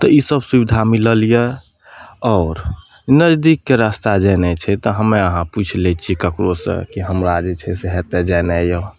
तऽ इसब सुबिधा मिललया आओर नजदीकके रास्ता जेहने छै तऽ हमे अहाँ पुछि लै छियै ककरो सऽ कि हमरा जे छै से एतय जेनाइया